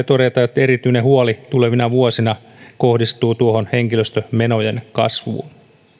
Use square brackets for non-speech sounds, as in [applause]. [unintelligible] todeta että erityinen huoli tulevina vuosina kohdistuu tuohon henkilöstömenojen kasvuun